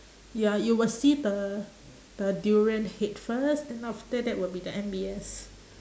ya you must see the the durian head first then after that will be the M_B_S